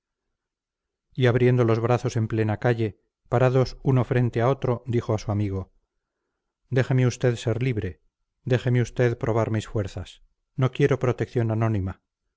y abriendo los brazos en plena calle parados uno frente a otro dijo a su amigo déjeme usted ser libre déjeme usted probar mis fuerzas no quiero protección anónima